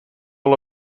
all